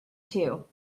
too